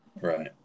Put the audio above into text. right